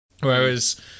Whereas